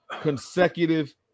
consecutive